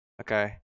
Okay